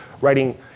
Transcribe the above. writing